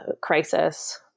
crisis